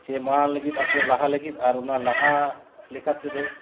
ᱥᱮ ᱢᱟᱲᱟᱝ ᱞᱟᱹᱜᱤᱫ ᱟᱠᱚ ᱞᱟᱦᱟ ᱞᱟᱹᱜᱤᱫ ᱟᱨ ᱚᱱᱟ ᱞᱟᱦᱟ ᱞᱮᱠᱟ ᱛᱮᱫᱚ